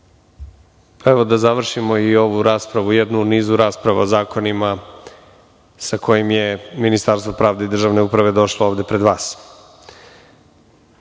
evo da završimo i ovu raspravu, jednu u nizu rasprava o zakonima sa kojim je Ministarstvo pravde i državne uprave došlo ovde pred vas. Kao